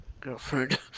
girlfriend